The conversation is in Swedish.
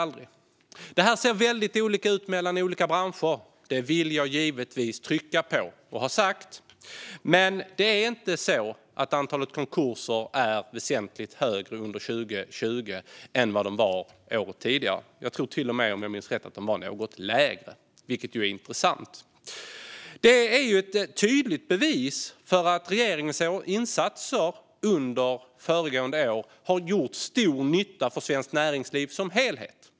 Att det ser väldigt olika ut i olika branscher vill jag givetvis trycka på och ha sagt, men det är inte så att antalet konkurser var väsentligt större under 2020 än vad de var året före - jag tror till och med att antalet var något mindre, vilket ju är intressant. Det är ett tydligt bevis för att regeringens insatser under föregående år har gjort stor nytta för svenskt näringsliv som helhet.